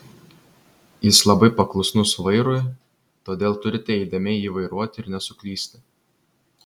jis labai paklusnus vairui todėl turite įdėmiai jį vairuoti ir nesuklysti